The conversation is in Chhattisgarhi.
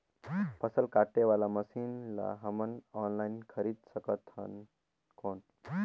फसल काटे वाला मशीन ला हमन ऑनलाइन खरीद सकथन कौन?